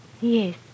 Yes